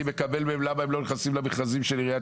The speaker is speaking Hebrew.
מקבל מהם שיחות למה הם לא נכנסים למכרזים של עיריית